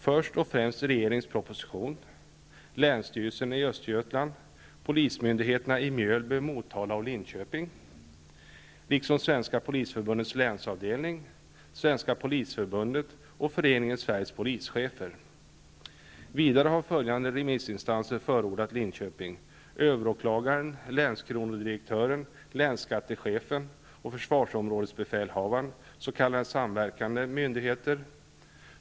Det är först regeringen i sin proposition och därutöver länsstyrelsen i Vidare har följande remissinstanser förordat Linköping: överåklagaren, länskronodirektören, länsskattechefen och försvarsområdesbefälhavaren, s.k. samverkande myndigheter.